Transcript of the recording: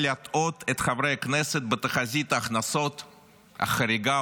להטעות את חברי הכנסת בתחזית ההכנסות החריגה,